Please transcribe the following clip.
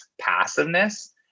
passiveness